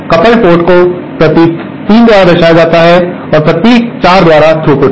coupled port को प्रतीक 3 द्वारा दर्शाया गया है और प्रतीक 4 द्वारा थ्रूपुट